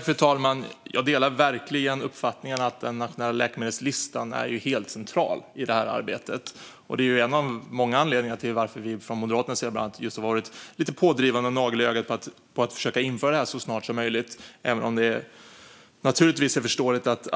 Fru talman! Jag delar uppfattningen att den nationella läkemedelslistan är helt central i det här arbetet. Det är en av många anledningar till att Moderaterna har varit lite pådrivande och en nagel i ögat när det gäller att försöka införa den så snart som möjligt. Det är naturligtvis förståeligt att